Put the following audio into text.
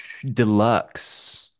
Deluxe